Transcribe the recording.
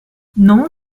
non